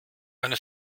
eine